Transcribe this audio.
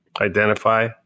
identify